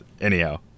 Anyhow